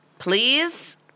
Please